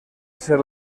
ser